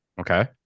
Okay